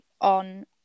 on